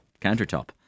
countertop